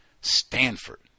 Stanford